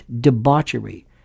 debauchery